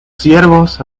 siervos